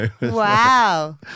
Wow